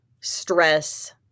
stress